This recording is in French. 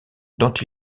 dont